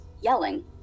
yelling